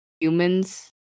humans